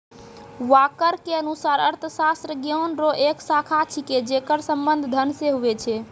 walker के अनुसार अर्थशास्त्र ज्ञान रो एक शाखा छिकै जेकर संबंध धन से हुवै छै